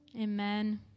Amen